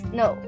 no